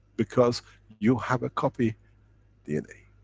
because you have a copy dna.